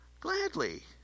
Gladly